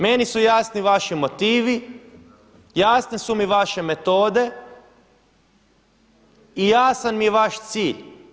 Meni su jasni vaši motivi, jasne su mi vaše metode i jasan mi je vaš cilj.